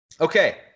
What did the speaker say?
Okay